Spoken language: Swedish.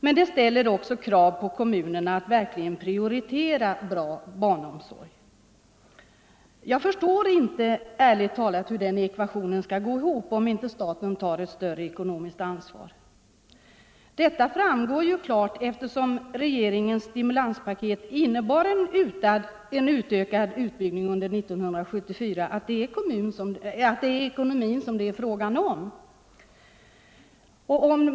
Men det ställer också krav på kommunerna att verkligen prioritera barnomsorgen. Jag förstår ärligt talat inte hur den ekvationen skall gå ihop, om inte staten tar ett större ekonomiskt ansvar. Det framgår ju klart, eftersom regeringens stimulanspaket innebar en ökad utbyggnad under 1974, att det är ekonomin det rör sig om.